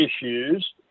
issues